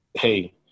hey